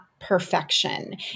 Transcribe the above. perfection